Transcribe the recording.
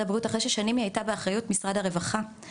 הבריאות אחרי ששנים הייתה באחריות של משרד הרווחה,